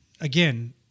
again